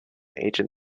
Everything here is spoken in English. agent